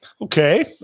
Okay